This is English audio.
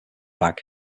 bag